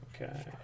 okay